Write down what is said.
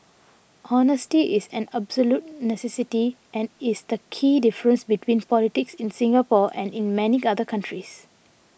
honesty is an absolute necessity and is the key difference between politics in Singapore and in many other countries